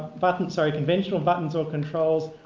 buttons sorry, conventional buttons or controls,